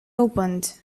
opened